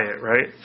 right